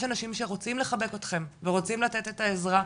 אנשים שרוצים לחבק אתכם ורוצים לתת את העזרה,